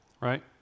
right